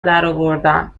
درآوردم